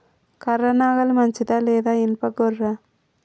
కర్ర నాగలి మంచిదా లేదా? ఇనుప గొర్ర?